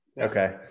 Okay